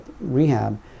rehab